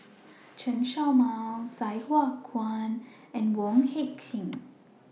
Chen Show Mao Sai Hua Kuan and Wong Heck Sing